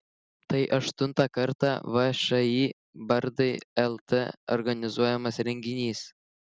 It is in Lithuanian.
tai aštuntą kartą všį bardai lt organizuojamas renginys